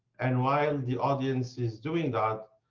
and while the audience is doing that,